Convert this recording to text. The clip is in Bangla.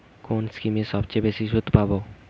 কোন স্কিমে সবচেয়ে বেশি সুদ পাব?